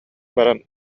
баран